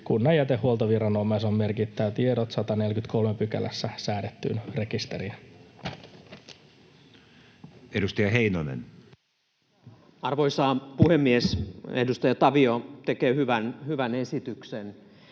Kunnan jätehuoltoviranomaisen on merkittävä tiedot 143 §:ssä säädettyyn rekisteriin.” Edustaja Heinonen. Arvoisa puhemies! Edustaja Tavio on tehnyt hyvän esityksen.